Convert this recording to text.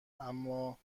اما